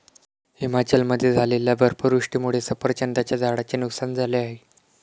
हिमाचलमध्ये झालेल्या बर्फवृष्टीमुळे सफरचंदाच्या झाडांचे नुकसान झाले आहे